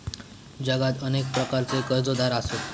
जगात अनेक प्रकारचे कर्जदार आसत